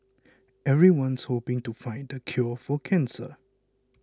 everyone's hoping to find the cure for cancer